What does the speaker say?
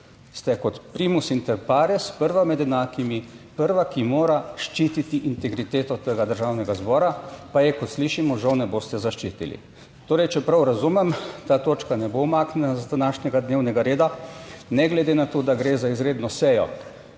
ste kot primus inter pares, prva med enakimi, prva, ki mora ščititi integriteto tega Državnega zbora, pa je, kot slišimo, žal, ne boste zaščitili. Torej, če prav razumem, ta točka ne bo umaknjena z današnjega dnevnega reda, ne glede na to, da gre za izredno sejo,